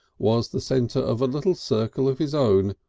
was the centre of a little circle of his own,